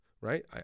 right